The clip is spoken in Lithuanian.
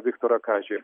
viktorą kažį